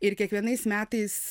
ir kiekvienais metais